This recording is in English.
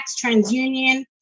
TransUnion